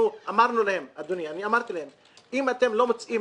אמרנו להם, אדוני, אמרתי להם, אם אתם לא מוצאים